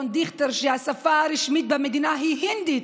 אדון דיכטר, שהשפה הרשמית במדינה היא הינדית,